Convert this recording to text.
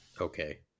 Okay